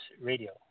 Radio